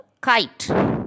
kite